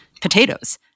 potatoes